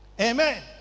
Amen